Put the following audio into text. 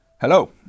Hello